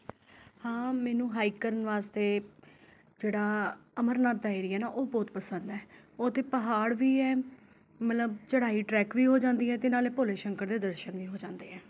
ਹਾਂ ਮੈਨੂੰ ਹਾਈਕ ਕਰਨ ਵਾਸਤੇ ਜਿਹੜਾ ਅਮਰਨਾਥ ਦਾ ਏਰੀਆ ਨਾ ਉਹ ਬਹੁਤ ਪਸੰਦ ਹੈ ਉੱਥੇ ਪਹਾੜ ਵੀ ਹੈ ਮਤਲਬ ਚੜ੍ਹਾਈ ਟਰੈਕ ਵੀ ਹੋ ਜਾਂਦੀ ਹੈ ਅਤੇ ਨਾਲੇ ਭੋਲੇ ਸ਼ੰਕਰ ਦੇ ਦਰਸ਼ਨ ਵੀ ਹੋ ਜਾਂਦੇ ਹੈ